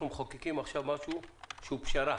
אנחנו מחוקקים עכשיו משהו שהוא פשרה.